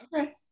Okay